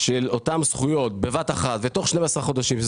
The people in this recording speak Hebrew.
של אותן זכויות בבת אחת ותוך 12 חודשים,